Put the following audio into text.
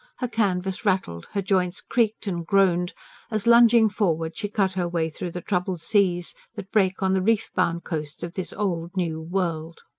her canvas rattled, her joints creaked and groaned as, lunging forward, she cut her way through the troubled seas that break on the reef-bound coasts of this old, new world.